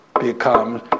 becomes